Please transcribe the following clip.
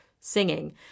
singing